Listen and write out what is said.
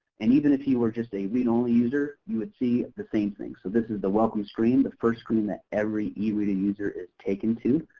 and even if you were just a read-only user, you would see the same thing. so this is the welcome screen, the first screen that every ereta user is taken to.